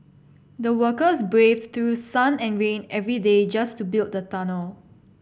the workers braved through sun and rain every day just to build the tunnel